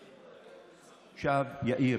עכשיו, יאיר,